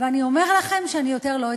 ואני אומר לכם שאני יותר לא אתחייב.